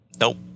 Nope